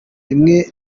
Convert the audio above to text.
rimwe